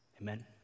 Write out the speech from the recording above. Amen